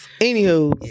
Anywho